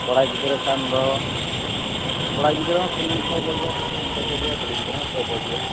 ᱠᱚᱲᱟ ᱜᱤᱫᱽᱨᱟᱹ ᱠᱷᱟᱱ ᱫᱚ ᱠᱚᱲᱟ ᱜᱤᱫᱽᱨᱟᱹ ᱦᱚᱸ ᱥᱩᱱᱩᱢ ᱠᱚ ᱚᱡᱚᱜᱮᱭᱟ ᱥᱟᱥᱟᱝ ᱠᱚ ᱚᱡᱚᱜᱮᱭᱟ ᱠᱩᱲᱤ ᱜᱤᱫᱽᱨᱟᱹ ᱦᱚᱸ ᱚᱡᱚᱜᱮᱭᱟ